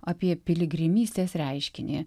apie piligrimystės reiškinį